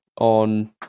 on